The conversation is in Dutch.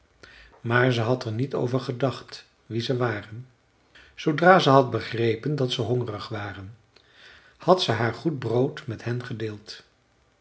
maar ze had er niet over gedacht wie ze waren zoodra ze had begrepen dat ze hongerig waren had ze haar goed brood met hen gedeeld